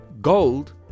Gold